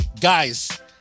Guys